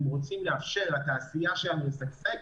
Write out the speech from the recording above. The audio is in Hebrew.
אם רוצים לאפשר לתעשייה שלנו לשגשג,